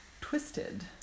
twisted